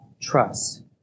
trust